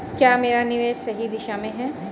क्या मेरा निवेश सही दिशा में है?